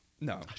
No